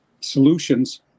solutions